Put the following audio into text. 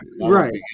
Right